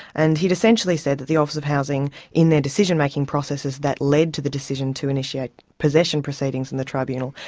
and he'd essentially said that the office of housing, in their decision-making processes that led to the decision to initiate possession proceedings in the tribunal,